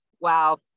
wow